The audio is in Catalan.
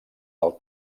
del